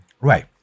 Right